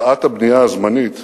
שהקפאת הבנייה הזמנית